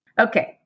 Okay